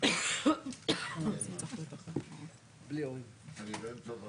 זה בעצם כשאתה בא ואומר לי תן לי